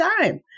time